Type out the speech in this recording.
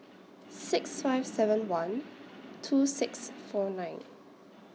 six five seven one two six four nine